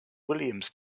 williams